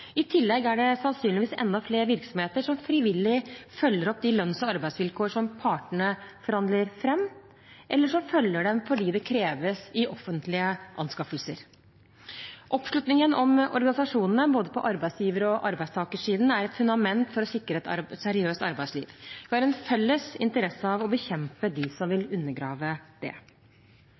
I tillegg er det sannsynligvis enda flere virksomheter som frivillig følger opp de lønns- og arbeidsvilkår som partene forhandler fram, eller som følger dem fordi det kreves i offentlige anskaffelser. Oppslutningen om organisasjonene på både arbeidsgiver- og arbeidstakersiden er et fundament for å sikre et seriøst arbeidsliv. Vi har en felles interesse av å bekjempe dem som vil undergrave det.